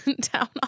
down